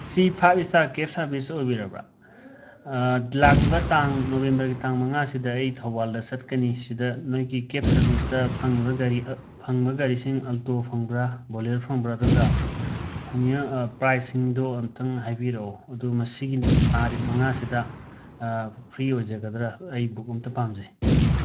ꯁꯤ five star cab service ꯑꯣꯏꯕꯤꯔꯕꯔ ꯂꯥꯛꯂꯤꯕ ꯇꯥꯡ ꯅꯣꯕꯦꯝꯕꯔꯒꯤ ꯇꯥꯡ ꯃꯉꯥꯁꯤꯗ ꯑꯩ ꯊꯧꯕꯥꯜꯗ ꯆꯠꯀꯅꯤ ꯁꯤꯗ ꯅꯣꯏꯒꯤ ꯀꯦꯞ ꯁꯔꯕꯤꯁꯇ ꯐꯪꯉꯤꯕ ꯒꯥꯔꯤ ꯐꯪꯕ ꯒꯥꯔꯤꯁꯤꯡ ꯑꯣꯜꯇꯣ ꯐꯪꯕꯔ ꯕꯣꯂꯦꯔ ꯐꯪꯕꯔ ꯑꯗꯨꯒ ꯐꯪꯉꯤꯕ ꯄ꯭ꯔꯥꯏꯁꯤꯡꯗꯣ ꯑꯃꯨꯛꯇꯪ ꯍꯥꯏꯕꯤꯔꯛꯑꯣ ꯑꯗꯨ ꯃꯁꯤꯒꯤ ꯇꯥꯔꯤꯛ ꯃꯉꯥꯁꯤꯗ ꯐ꯭ꯔꯤ ꯑꯣꯏꯖꯒꯗꯔ ꯑꯩ ꯕꯨꯛ ꯑꯃꯇ ꯄꯥꯝꯖꯩ